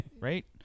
Right